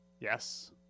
Yes